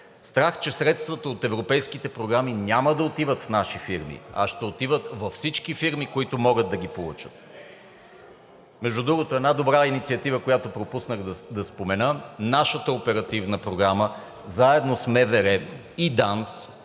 Страх, че средствата от европейските програми няма да отиват в наши фирми, а ще отиват във всички фирми, които могат да ги получат. Между другото, една добра инициатива, която пропуснах да спомена: нашата оперативна програма, заедно с МВР и ДАНС,